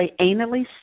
anally